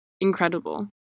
incredible